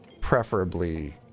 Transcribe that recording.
preferably